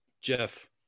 Jeff